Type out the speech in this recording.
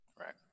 Right